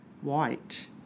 white